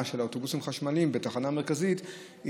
של אוטובוסים חשמליים בתחנה מרכזית,